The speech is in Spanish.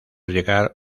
llegar